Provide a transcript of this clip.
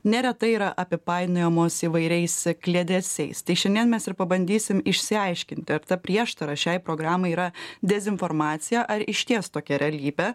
neretai yra apipainiojamos įvairiais kliedesiais tai šiandien mes ir pabandysim išsiaiškinti ar ta prieštara šiai programai yra dezinformacija ar išties tokia realybė